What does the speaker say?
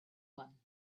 one